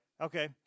okay